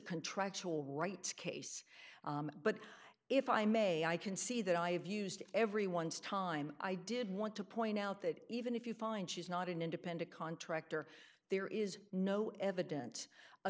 contractual rights case but if i may i can see that i have used everyone's time i did want to point out that even if you find she's not an independent contractor there is no eviden